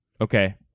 Okay